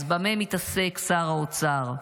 אז במה מתעסק שר האוצר?